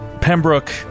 Pembroke